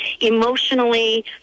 emotionally